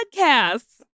podcasts